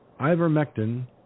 Ivermectin